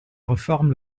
réforme